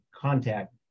contact